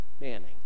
Manning